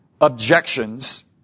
objections